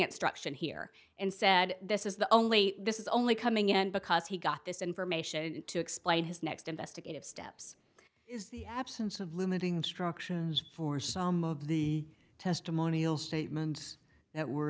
it struction here and said this is the only this is only coming in because he got this information to explain his next investigative steps is the absence of limiting structure for some of the testimonial statements that were